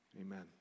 Amen